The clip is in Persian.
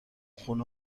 خونه